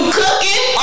cooking